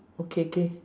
okay K